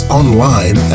online